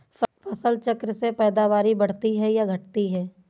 फसल चक्र से पैदावारी बढ़ती है या घटती है?